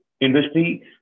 industry